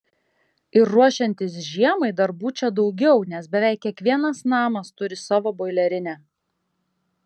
ir ruošiantis žiemai darbų čia daugiau nes beveik kiekvienas namas turi savo boilerinę